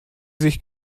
sich